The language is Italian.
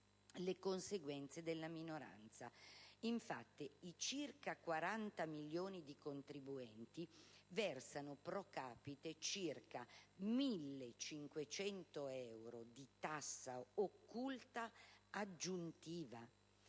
le conseguenze della minoranza. Infatti, i circa 40 milioni di contribuenti versano *pro capite* circa 1.500 euro di tassa occulta aggiuntiva,